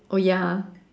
oh ya ah